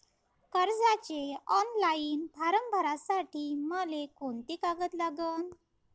कर्जाचे online form भरासाठी मले कोंते कागद लागन?